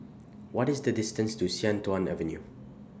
What IS The distance to Sian Tuan Avenue